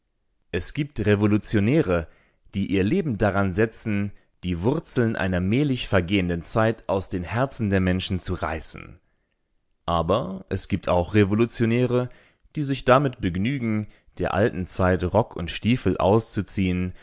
es gibt revolutionäre die ihr leben daran setzen die wurzeln einer mählich vergehenden zeit aus den herzen der menschen zu reißen aber es gibt auch revolutionäre die sich damit begnügen der alten zeit rock und stiefel auszuziehen